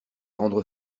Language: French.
rendre